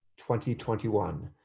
2021